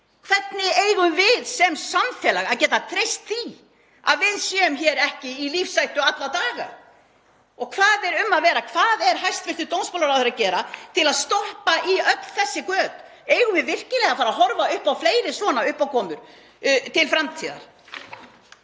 Hvernig eigum við sem samfélag að geta treyst því að við séum ekki hér í lífshættu alla daga? Og hvað er um að vera? Hvað er hæstv. dómsmálaráðherra að gera til að stoppa í öll þessi göt? Eigum við virkilega að fara að horfa upp á fleiri svona uppákomur til framtíðar?